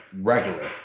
regular